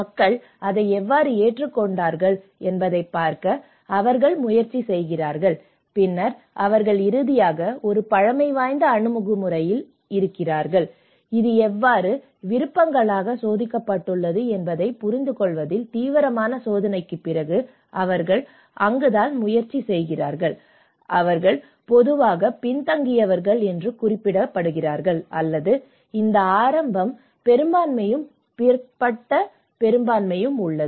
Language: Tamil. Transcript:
மக்கள் அதை எவ்வாறு ஏற்றுக்கொண்டார்கள் என்பதைப் பார்க்க அவர்கள் முயற்சி செய்கிறார்கள் பின்னர் அவர்கள் இறுதியாக ஒரு பழமைவாத அணுகுமுறையில் இருக்கிறார்கள் இது எவ்வாறு விருப்பங்களாக சோதிக்கப்பட்டுள்ளது என்பதைப் புரிந்துகொள்வதில் தீவிரமான சோதனைக்குப் பிறகு அவர்கள் அங்குதான் முயற்சி செய்கிறார்கள் பின்னர் அவர்கள் அதை தீர்மானிக்க முயற்சிக்கிறார்கள் அவர்கள் பொதுவாக பின்தங்கியவர்கள் என்று குறிப்பிடப்படுகிறார்கள் அல்லது இந்த ஆரம்ப பெரும்பான்மையும் பிற்பட்ட பெரும்பான்மையும் உள்ளது